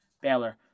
Baylor